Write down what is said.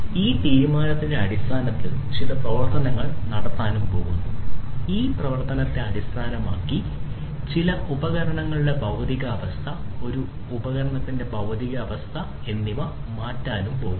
ഈ തീരുമാനത്തിന്റെ അടിസ്ഥാനത്തിൽ ചില പ്രവർത്തനങ്ങൾ നടത്താൻ പോകുന്നു ഈ പ്രവർത്തനത്തെ അടിസ്ഥാനമാക്കി ചില ഉപകരണങ്ങളുടെ ഭൌതിക അവസ്ഥ ഒരു ഉപകരണത്തിന്റെ ഭൌതിക അവസ്ഥ എന്നിവ മാറ്റാൻ പോകുന്നു